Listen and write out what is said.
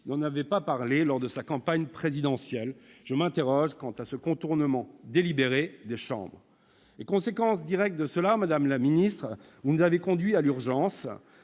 n'en avait pas parlé lors de sa campagne présidentielle. Je m'interroge quant à ce contournement délibéré des chambres ... Conséquence directe de cela, madame la ministre, vous nous avez conduits à agir en